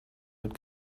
mit